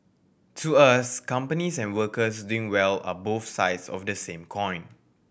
to us companies and workers doing well are both sides of the same coin